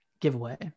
giveaway